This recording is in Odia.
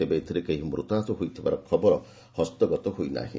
ତେବେ ଏଥିରେ କେହି ମୃତାହତ ହୋଇଥିବାର ଖବର ହସ୍ତଗତ ହୋଇନାହିଁ